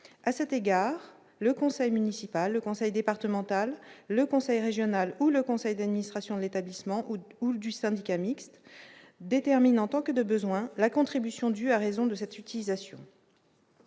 à cet égard, le conseil municipal, le conseil départemental, le conseil régional ou le conseil d'administration de l'établissement ou ou du syndicat mixte déterminant tant que de besoin, la contribution du à raison de cette utilisation